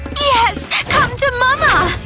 yes! come to mama!